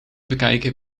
bekijken